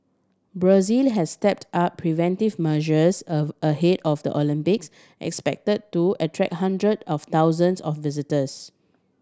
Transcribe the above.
Brazil has stepped up preventive measures ahead of the Olympics expect to attract hundred of thousands of visitors